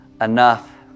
enough